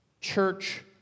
church